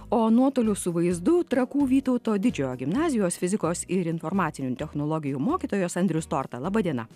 o nuotolio su vaizdu trakų vytauto didžiojo gimnazijos fizikos ir informacinių technologijų mokytojas andrius storta laba diena